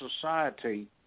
society